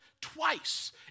twice